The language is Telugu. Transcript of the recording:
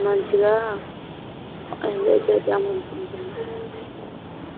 మంచిగా ఎంజాయ్ చేద్దాము అనుకుంటున్నాము